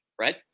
right